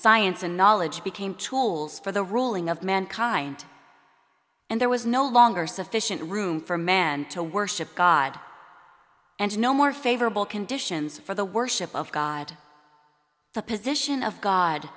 science and knowledge became tools for the ruling of mankind and there was no longer sufficient room for men to worship god and no more favorable conditions for the worship of god the position of god